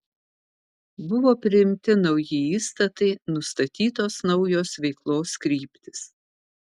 buvo priimti nauji įstatai nustatytos naujos veiklos kryptys